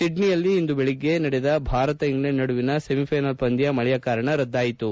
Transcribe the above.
ಸಿಡ್ನಿಯಲ್ಲಿ ಇಂದು ಬೆಳಿಗ್ಗೆ ನಡೆದ ಭಾರತ ಇಂಗ್ಲೆಂಡ್ ನಡುವಣ ಸೆಮಿ ಫೈನಲ್ ಪಂದ್ಯ ಮಳೆಯ ಕಾರಣ ರದ್ದಾಯಿತು